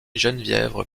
geneviève